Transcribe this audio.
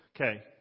Okay